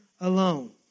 alone